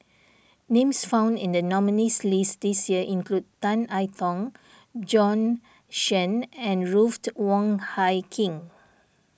names found in the nominees' list this year include Tan I Tong Bjorn Shen and Ruth Wong Hie King